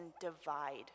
divide